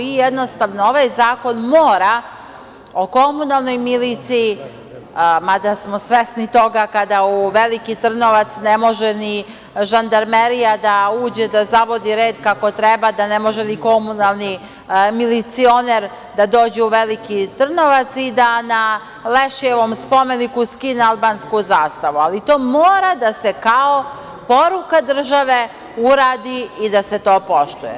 Jednostavno, ovaj zakon o komunalnoj milicije mora, mada smo svesni toga kada u Veliki Trnovac ne može ni žandarmerija da uđe da zavodi red kako treba, da ne može ni komunalni milicioner da dođe u Veliki Trnovac i da na Lešijevom spomeniku skine albansku zastavu, ali to mora da se kao poruka države uradi i da se to poštuje.